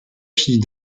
fille